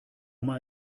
mal